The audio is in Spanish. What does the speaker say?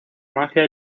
magia